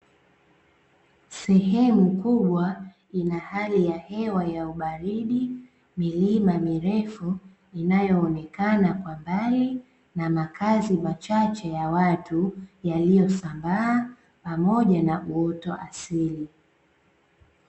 Sehemu kubwa ina hali ya hewa ya ubaridi, milima mirefu inayoonekana kwa mbali na makazi machache ya watu yaliyosambaa pamoja na uoto wa asili.